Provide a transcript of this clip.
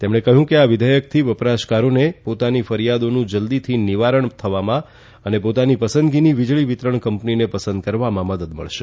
તેમણે કહ્યું કે આ વિધેયકથી વપરાશકારોને પોતાની ફરીયાદોનું જલદીથી નિવારણ થવામાં અને પોતાની પસંદગીની વિજળી વિતરણ કંપનીને પસંદ કરવામાં મદદ મળશે